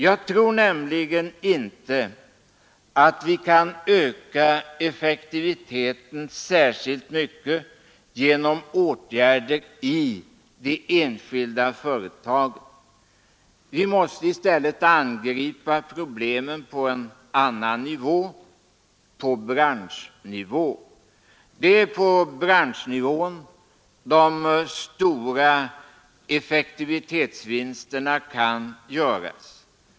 Jag tror nämligen inte att vi kan öka effektiviteten särskilt mycket genom åtgärder i de enskilda företagen. Vi måste i stället angripa problemen på en annan nivå, på branschnivå. Det är på branschnivån som de stora effektivitetsvinsterna kan göras.